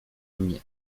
mnie